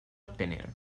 obtener